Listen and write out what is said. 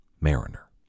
Mariner